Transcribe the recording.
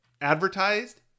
advertised